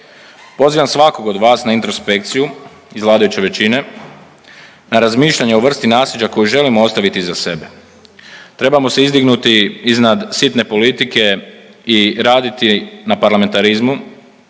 Pozivam svakog od vas na introspekciju iz vladajuće većine na razmišljanje o vrsti naslijeđa koju želimo ostaviti iza sebe. Trebamo se izdignuti iznad sitne politike i raditi na parlamentarizmu